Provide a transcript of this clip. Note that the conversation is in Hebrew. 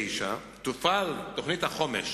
9. תופעל תוכנית החומש